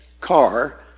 car